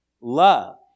Love